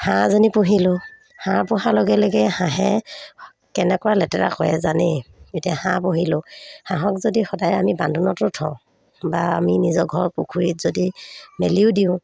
হাঁহজনী পুহিলোঁ হাঁহ পোহাৰ লগে লগে হাঁহে কেনেকুৱা লেতেৰা কৰে জানেই এতিয়া হাঁহ পুহিলোঁ হাঁহক যদি সদায় আমি বান্ধোনতো থওঁ বা আমি নিজৰ ঘৰ পুখুৰীত যদি মেলিও দিওঁ